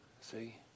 see